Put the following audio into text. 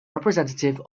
representative